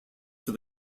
for